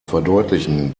verdeutlichen